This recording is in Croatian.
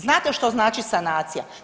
Znate što znači sanacija?